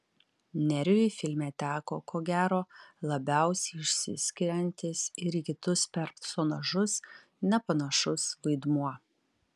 nerijui filme teko ko gero labiausiai išsiskiriantis ir į kitus personažus nepanašus vaidmuo